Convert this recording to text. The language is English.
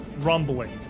rumbling